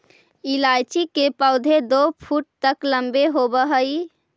इलायची के पौधे दो फुट तक लंबे होवअ हई